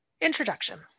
Introduction